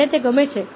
મને તે ગમે છે